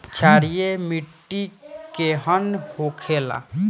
क्षारीय मिट्टी केहन होखेला?